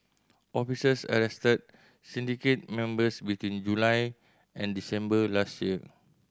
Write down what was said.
officers arrested syndicate members between July and December last year